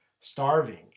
starving